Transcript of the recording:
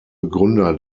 begründer